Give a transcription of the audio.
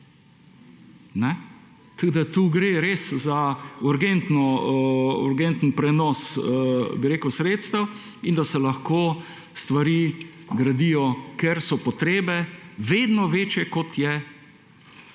Tukaj gre res za urgenten prenos sredstev, da se lahko stvari gradijo, ker so potrebe vedno večje, kot je